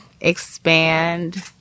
expand